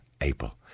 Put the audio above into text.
April